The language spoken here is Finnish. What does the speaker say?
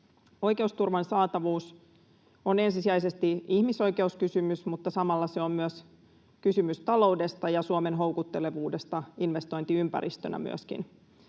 Oikeusturvan saatavuus on ensisijaisesti ihmisoikeuskysymys, mutta samalla se on myös kysymys taloudesta ja Suomen houkuttelevuudesta investointiympäristönä myöskin.